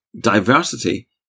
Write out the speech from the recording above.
Diversity